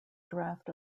draft